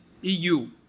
EU